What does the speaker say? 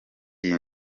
iyi